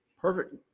Perfect